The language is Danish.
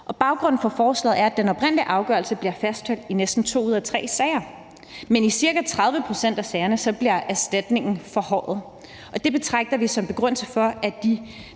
Baggrunden for forslaget er, at den oprindelige afgørelse bliver fastholdt i næsten to ud af tre sager, men i ca. 30 pct. af sagerne bliver erstatningen forhøjet, og det betragter vi som en begrundelse for, at der